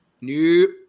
Nope